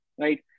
Right